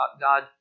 God